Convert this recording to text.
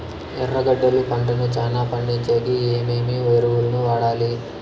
ఎర్రగడ్డలు పంటను చానా పండించేకి ఏమేమి ఎరువులని వాడాలి?